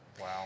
Wow